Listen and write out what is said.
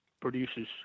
produces